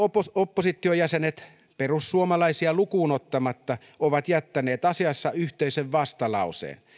oppositiojäsenet perussuomalaisia lukuun ottamatta ovat jättäneet asiassa yhteisen vastalauseen